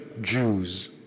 Jews